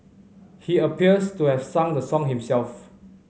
he appears to have sung the song himself